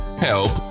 Help